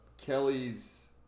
Kelly's